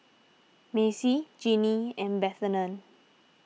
Macey Jinnie and Bethann